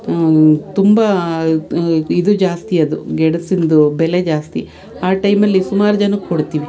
ತುಂಬ ಇದು ಜಾಸ್ತಿ ಅದು ಗೆಣಸಿಂದು ಬೆಲೆ ಜಾಸ್ತಿ ಆ ಟೈಮಲ್ಲಿ ಸುಮಾರು ಜನಕ್ಕೆ ಕೊಡ್ತೀವಿ